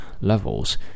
levels